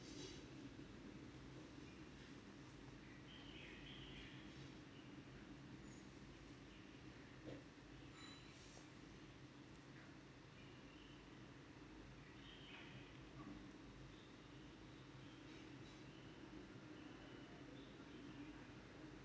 ya